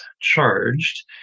charged